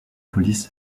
police